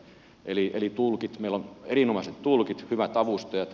eli meillä on erinomaiset tulkit hyvät avustajat